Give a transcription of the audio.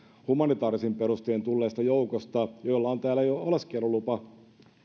humanitaarisin perustein tulleesta joukosta joilla on täällä jo oleskelulupa